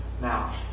now